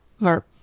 verb